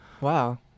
Wow